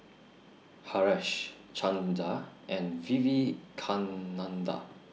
Haresh Chanda and Vivekananda